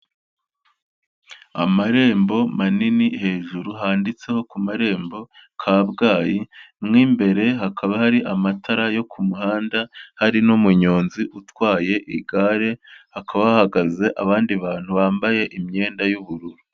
Amarembo manini hejuru handitseho ku marembo Kabgayi, mo imbere hakaba hari amatara yo ku muhanda, hari n'umuyonzi utwaye igare, hakaba hahagaze abandi bantu bambaye imyenda y'ubururu.